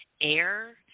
air